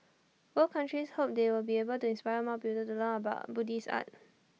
both countries hope they will be able to inspire more people to learn about Buddhist art